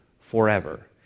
forever